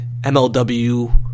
MLW